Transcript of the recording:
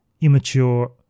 immature